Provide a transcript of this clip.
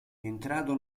entrato